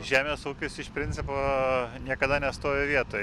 žemės ūkis iš principo niekada nestovi vietoj